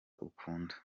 ukunda